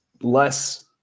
less